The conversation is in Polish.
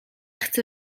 chcę